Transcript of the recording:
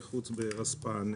בבקשה.